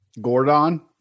Gordon